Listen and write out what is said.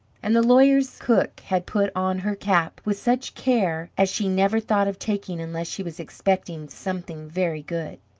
and the lawyer's cook had put on her cap with such care as she never thought of taking unless she was expecting something very good!